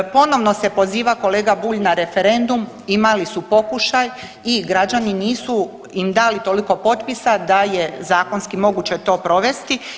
Ponovno se poziva kolega Bulj na referendum, imali su pokušaj i građani nisu im dali toliko potpisa da je zakonski moguće to provesti.